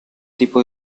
tipo